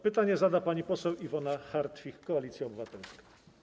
Pytanie zada pani poseł Iwona Hartwich, Koalicja Obywatelska.